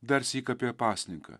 darsyk apie pasninką